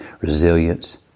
resilience